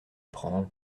prend